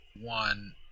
One